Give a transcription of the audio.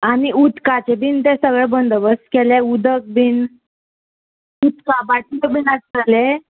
आनी उदकाचें बीन तें सगळें बंदोबस्त केलें उदक बीन उदका बाटल्यो बीन आसतले